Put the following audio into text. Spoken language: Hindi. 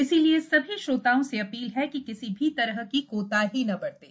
इसलिए सभी श्रोताओं से अपील है कि किसी भी तरह की कोताही न बरतें